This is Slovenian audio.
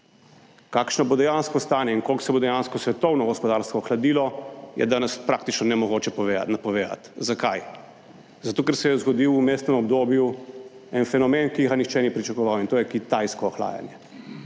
Kakšno bo dejansko stanje in koliko se bo dejansko svetovno gospodarstvo hladilo je danes praktično nemogoče povedati, napovedati. Zakaj? Zato, ker se je zgodil v vmesnem obdobju en fenomen, ki ga nihče ni pričakoval in to je kitajsko ohlajanje,